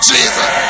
Jesus